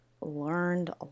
learned